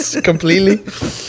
completely